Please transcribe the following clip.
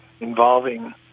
involving